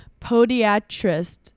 podiatrist